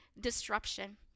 disruption